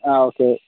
ആ ഓക്കെ